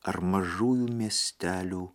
ar mažųjų miestelių